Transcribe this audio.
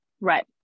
Right